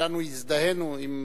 כולנו הזדהינו עם